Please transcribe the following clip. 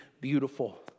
beautiful